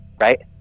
right